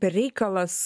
per reikalas